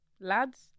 lads